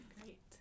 great